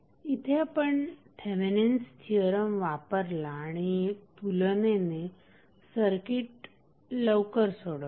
इथे आपण Thevenin's theorem वापरला आणि तुलनेने सर्किट लवकर सोडवले